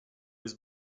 was